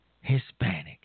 Hispanic